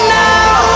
now